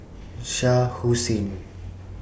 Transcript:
Shah Hussain